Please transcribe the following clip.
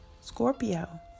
Scorpio